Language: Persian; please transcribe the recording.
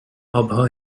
آبها